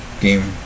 Game